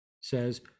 says